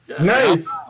Nice